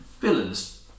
Villains